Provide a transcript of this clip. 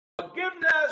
forgiveness